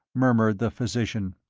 murmured the physician,